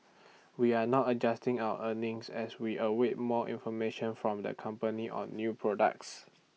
we are not adjusting our earnings as we await more information from the company on new products